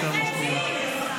אוסיף לך עוד כמה שניות.